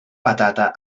patata